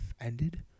ended